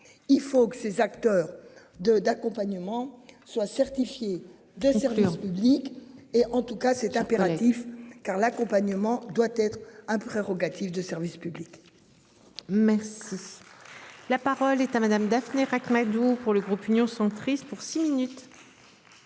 Il faut que ces acteurs de d'accompagnement soient certifiés de sérieux en public et en tout cas c'est impératif car l'accompagnement doit être un prérogatives de service. Public. Merci. La parole est à madame daphné Ract-Madoux pour le groupe Union centriste pour six minutes.